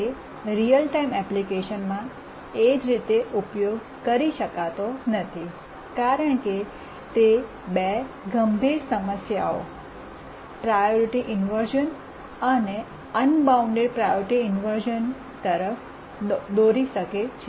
તે real time એપ્લિકેશનમાં એ જ રીતે ઉપયોગ કરી શકાતો નથી કારણ કે તે બે ગંભીર સમસ્યાઓપ્રાયોરિટી ઇન્વર્શ઼ન અને અનબાઉન્ડ પ્રાયોરિટી ઇન્વર્શ઼ન તરફ દોરી શકે છે